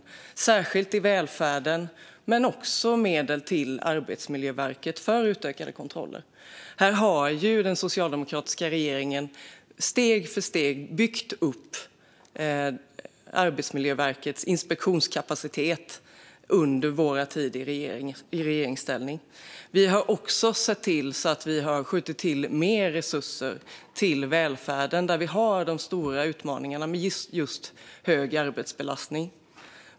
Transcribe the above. Det gäller särskilt i välfärden men också medel till Arbetsmiljöverket för utökade kontroller. Här har den socialdemokratiska regeringen steg för steg byggt upp Arbetsmiljöverkets inspektionskapacitet under sin tid i regeringsställning. Den har också sett till att skjuta till mer resurser till välfärden där vi har de stora utmaningarna med just hög arbetsbelastning.